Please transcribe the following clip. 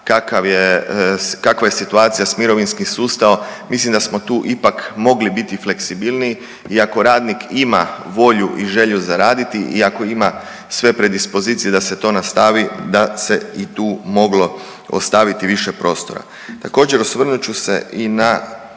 kakva je situacija s mirovinskim sustavom, mislim da smo tu ipak mogli biti fleksibilniji i ako radnik ima volju i želju za raditi i ako ima sve predispozicije da se to nastavi da se i tu moglo ostaviti više prostora. Također osvrnut ću se i na